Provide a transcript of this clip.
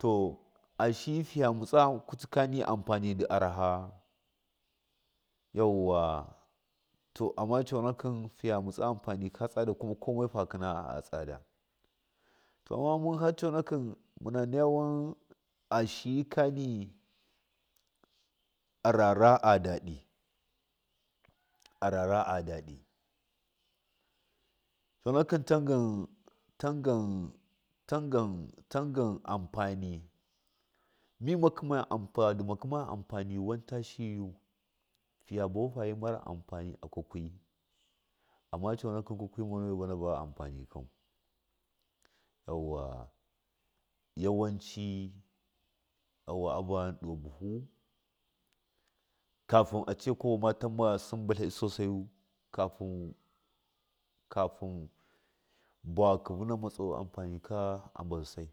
to ashiyi figa mutsa kutikani a araha yauwa to amma coonakɨn fiye mutsa anfani a tsada fa kina tsada to amma mun har canaki munaya won ashiyakani arara daɗi arara a daɗi coonakin tangan tangan tangan anfani mima kɨmaga anfani nduma kɨmaga anfani winata shiyiyu buwaha figa viwahu fibi mara anfani akwakwa amma coonakɨ kwakwa moya ba vaa anfani kau yauwa yawaci a vado baha kafin ace kamaima tamma gɨn batla ɗi kafin vawakɨ matsawa anfanika a vatlusai.